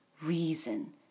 reason